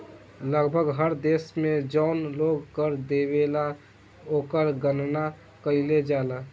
लगभग हर देश में जौन लोग कर देवेला ओकर गणना कईल जाला